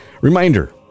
Reminder